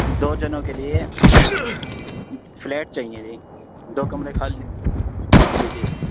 دو جنوں کے لیے فلیٹ چاہیے جی دو کمرے خالی جی جی